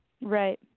right